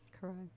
Correct